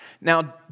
Now